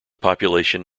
population